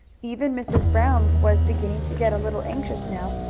even mrs. brown was beginning to get a little anxious now,